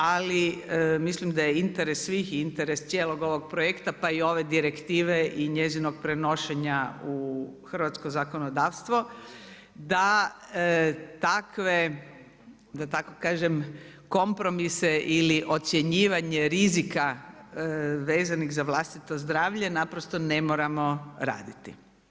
Ali mislim da je interes svih i interes cijelog ovog projekta pa i ove direktive i njezinog prenošenja u hrvatsko zakonodavstvo, da takve da tako kažem kompromise ili ocjenjivanje rizika vezanih za vlastito zdravlje naprosto ne moramo raditi.